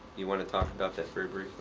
you want to talk about this very